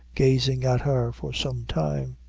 gazing at her for some time.